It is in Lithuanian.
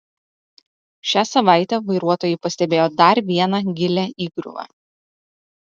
šią savaitę vairuotojai pastebėjo dar vieną gilią įgriuvą